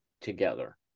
together